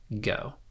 go